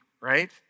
right